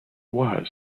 was